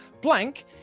Blank